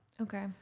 Okay